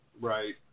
Right